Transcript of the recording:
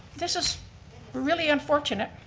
this is really unfortunate.